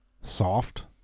soft